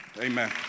amen